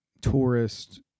tourist